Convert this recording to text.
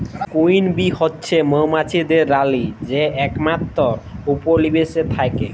queen bee হছে মোমাছিদের রালী যে একমাত্তর উপলিবেশে থ্যাকে